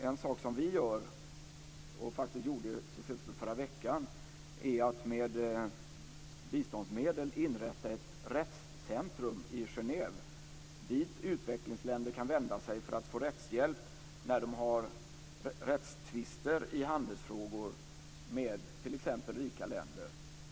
En sak som vi arbetar med, faktiskt så sent som förra veckan, är att med biståndsmedel inrätta ett rättscentrum i Genève dit utvecklingsländer kan vända sig för att få rättshjälp när de har rättstvister i handelsfrågor med t.ex. rika länder.